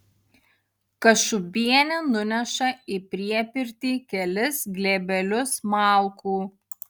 kašubienė nuneša į priepirtį kelis glėbelius malkų